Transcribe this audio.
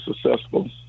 successful